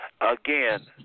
again